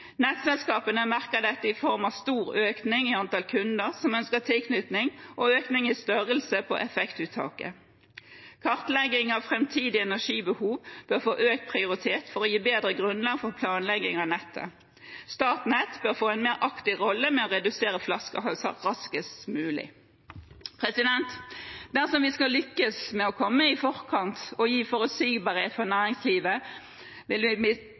Nettselskapene merker dette i form av stor økning i antall kunder som ønsker tilknytning, og økning i størrelse på effektuttaket. Kartlegging av framtidig energibehov bør få økt prioritet for å gi bedre grunnlag for planlegging av nettet. Statnett bør få en mer aktiv rolle med å redusere flaskehalser raskest mulig. Dersom vi skal lykkes med å komme i forkant og gi forutsigbarhet for næringslivet, må vi